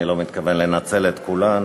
אני לא מתכוון לנצל את כולן.